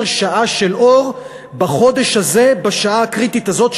שעה של אור בחודש הזה בשעה הקריטית הזאת,